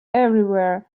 everywhere